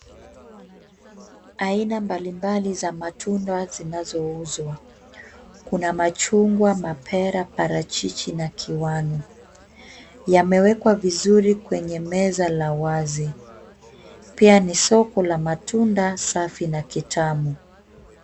Aina mbalimbali za matunda zinazouzwa. Kuna machungwa, mapera, parachichi na kiwanu. Yamewekwa vizuri kwenye meza la wazi pia ni soko la matunda safi na kitamu.